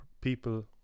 people